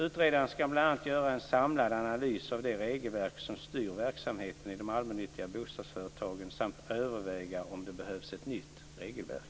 Utredaren skall bl.a. göra en samlad analys av de regelverk som styr verksamheten i de allmännyttiga bostadsföretagen samt överväga om det behövs ett nytt regelverk.